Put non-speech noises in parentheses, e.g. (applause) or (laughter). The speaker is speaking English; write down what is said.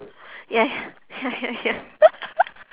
ya ya ya ya ya (laughs)